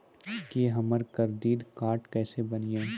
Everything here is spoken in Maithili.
की हमर करदीद कार्ड केसे बनिये?